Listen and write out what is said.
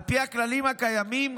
על פי הכללים הקיימים,